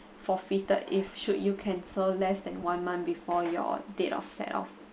forfeited if should you cancel less than one month before your date offset of